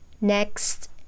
Next